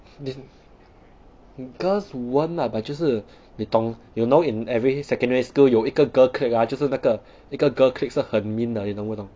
this girls won't lah but 就是你懂 you know in every secondary school 有一个 girl clique ah 就是那个一个 girl clique 是很 mean 的你懂不懂